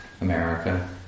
America